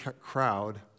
crowd